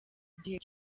igihe